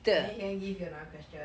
then can you give me another question